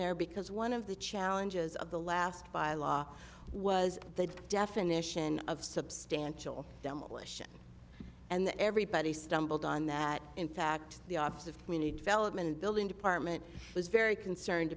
there because one of the challenges of the last bylaw was the definition of substantial demolition and everybody stumbled on that in fact the office of community development building department was very concerned